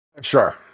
Sure